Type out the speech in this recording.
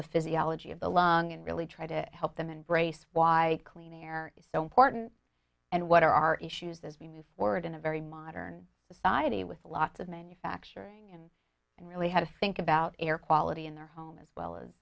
the physiology of the lung and really try to help them embrace why clean air is so important and what are our issues as we move forward in a very modern society with lots of manufacturing and and really had a think about air quality in their home as well as